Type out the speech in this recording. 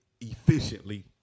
efficiently